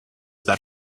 that